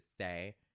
say